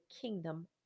kingdom